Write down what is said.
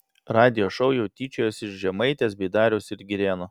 radijo šou jau tyčiojasi iš žemaitės bei dariaus ir girėno